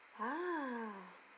ha